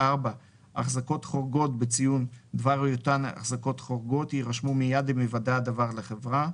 החזקות חורגות בציון דבר היותן חורגות יירשמו מיד עם היוודע הדבר לחברה,